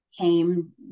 came